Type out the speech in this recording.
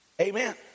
Amen